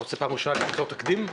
אתה רוצה פעם ראשונה ליצור תקדים?